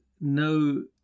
no